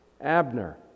Abner